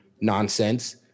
nonsense